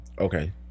Okay